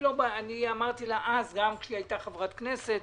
אמרתי לה גם כשהייתה חברת כנסת,